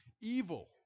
evil